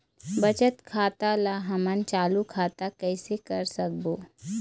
बचत खाता ला हमन चालू खाता कइसे कर सकबो?